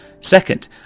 Second